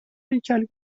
هیکل